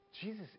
Jesus